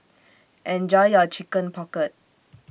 Enjoy your Chicken Pocket